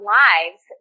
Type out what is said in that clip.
lives